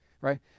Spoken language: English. Right